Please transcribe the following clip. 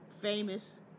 famous